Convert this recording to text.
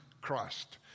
Christ